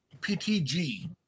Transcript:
PTG